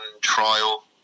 trial